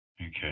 Okay